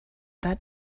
that